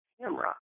camera